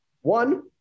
One